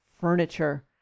furniture